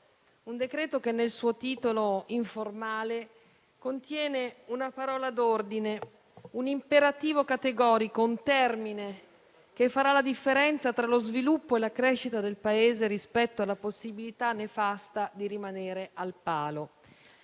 un decreto che nel suo titolo informale contiene una parola d'ordine, un imperativo categorico, un termine che farà la differenza tra lo sviluppo e la crescita del Paese rispetto alla possibilità nefasta di rimanere al palo.